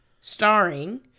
starring